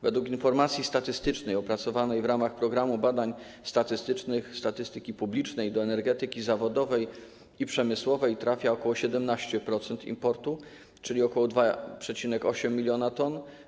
Według informacji statystycznych opracowanych w ramach programu badań statystycznych statystyki publicznej do energetyki zawodowej i przemysłowej trafia ok. 17% importu, czyli ok. 2,8 mln t.